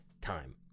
time